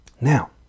now